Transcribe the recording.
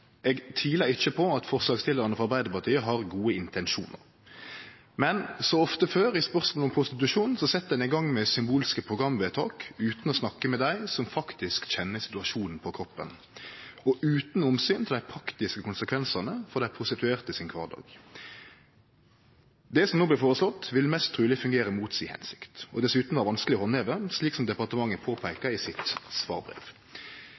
Eg tvilar ikkje på at forslagsstillarane frå Arbeidarpartiet har gode intensjonar, men som ofte før i spørsmål om prostitusjon set ein i gang med symbolske programvedtak utan å snakke med dei som faktisk kjenner situasjonen på kroppen, og utan omsyn til dei praktiske konsekvensane for kvardagen til dei prostituerte. Det som no blir føreslått, vil mest truleg fungere imot si hensikt og er dessutan vanskeleg å handheve, slik som departementet